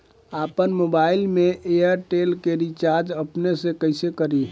आपन मोबाइल में एयरटेल के रिचार्ज अपने से कइसे करि?